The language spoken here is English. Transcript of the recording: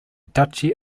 duchy